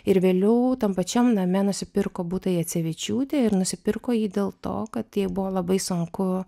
ir vėliau tam pačiam name nusipirko butą jacevičiūtė ir nusipirko jį dėl to kad jai buvo labai sunku